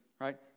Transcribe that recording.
right